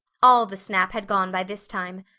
all the snap had gone by this time.